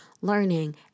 learning